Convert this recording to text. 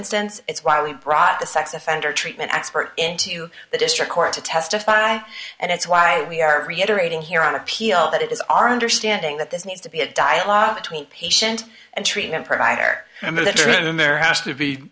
instance it's why we brought the sex offender treatment expert in to the district court to testify and it's why we are reiterating here on appeal that it is our understanding that this needs to be a dialogue between patient and treatment provider and the truth and there has to be